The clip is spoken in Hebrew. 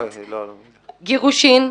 גירושין,